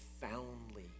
profoundly